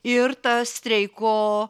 ir ta streiko